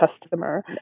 customer